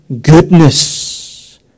goodness